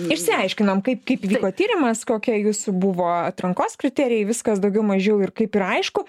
išsiaiškinom kaip vyko tyrimas kokie jūsų buvo atrankos kriterijai viskas daugiau mažiau ir kaip ir aišku